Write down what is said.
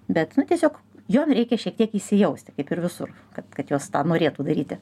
bet nu tiesiog jom reikia šiek tiek įsijausti kaip ir visur kad kad jos tą norėtų daryti